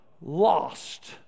lost